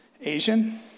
Asian